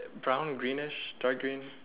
brown greenish dark green